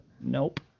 nope